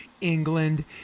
England